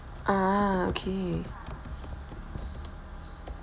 ah okay